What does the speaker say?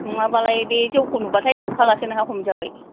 नङाबालाय बे जौखौ नुबाथाय गखालासो नोङो हमजाबाय